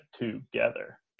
together